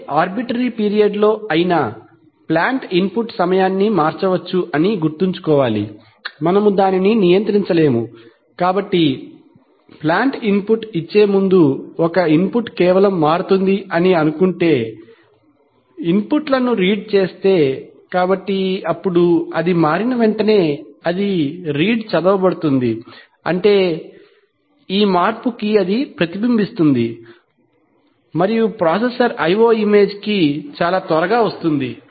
ఏ arbitrary పీరియడ్లో అయినా plant input సమయాన్ని మార్చవచ్చు అని గుర్తుంచుకోవాలి మనము దానిని నియంత్రించలేము కాబట్టి ప్లాంట్ ఇన్పుట్ ఇచ్చే ముందు ఒక ఇన్పుట్ కేవలం మారుతుంది అని అనుకుంటే ఇన్పుట్ లను రీడ్ చేస్తే కాబట్టి అప్పుడు అది మారిన వెంటనే అది రీడ్ చదవబడుతుంది అంటే ఈ మార్పు ప్రతిబింబిస్తుంది మరియు ప్రాసెసర్ IO ఇమేజ్ కి చాలా త్వరగా వస్తుంది